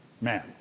man